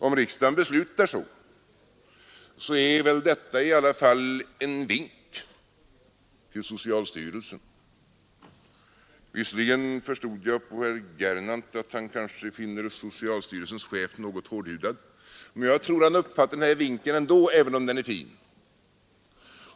Om riksdagen beslutar så, är väl detta i varje fall en vink till socialstyrelsen. Visserligen förstod jag av herr Gernandts anförande att han kanske finner socialstyrelsens chef något hårdhudad. Men jag tror att denne uppfattar den här vinken ändå, även om den är fin.